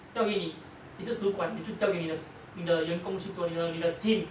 交给你是主管你就交给你的 s~ 你的员工去做你的你的 team